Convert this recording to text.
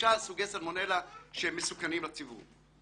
שלושה סוגי סלמונלה שמסוכנים לציבור.